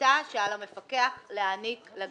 שליטה שעל המפקח להעניק לגמ"חים.